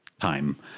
time